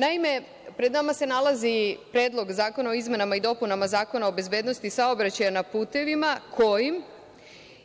Naime, pred nama se nalazi Predlog zakona o izmenama i dopunama Zakona o bezbednosti saobraćaja na putevima kojim